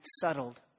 settled